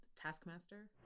taskmaster